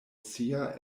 sia